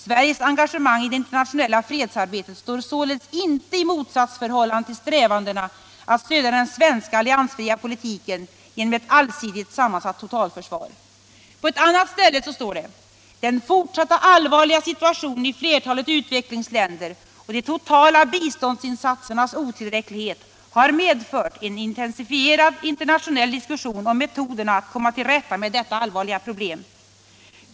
Sveriges engagemang i det internationella fredsarbetet står således inte i motsatsförhållande till strävandena att stödja den svenska alliansfria politiken genom ett allsidigt sammansatt totalförsvar.” På ett annat ställe står det: ”Den fortsatta allvarliga situationen i flertalet utvecklingsländer och de totala biståndsinsatsernas otillräcklighet har medfört en intensifierad internationell diskussion om metoderna att komma till rätta med detta allvarliga problem.